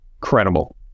credible